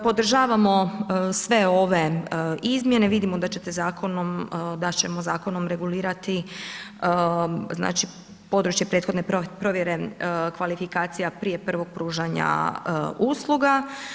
Podržavamo sve ove izmjene, vidimo da ćete zakonom, da ćemo zakonom regulirati znači područje prethodne provjere kvalifikacija prije prvog pružanja usluga.